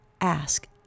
ask